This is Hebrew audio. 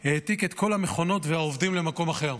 והעתיק את כל המכונות והעובדים למקום אחר.